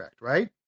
right